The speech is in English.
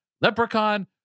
leprechaun